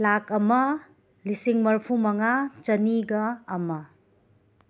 ꯂꯥꯛ ꯑꯃ ꯂꯤꯁꯤꯡ ꯃꯔꯐꯨ ꯃꯉꯥ ꯆꯅꯤꯒ ꯑꯃ